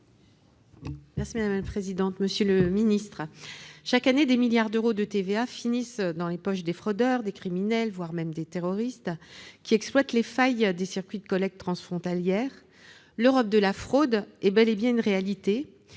fraude ! La parole est à Mme Pascale Gruny. Chaque année, des milliards d'euros de TVA finissent dans les poches des fraudeurs, des criminels, voire même des terroristes, qui exploitent les failles des circuits de collecte transfrontalière. L'Europe de la fraude est bel et bien une réalité